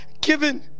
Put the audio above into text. given